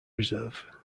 reserve